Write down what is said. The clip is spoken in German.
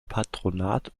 patronat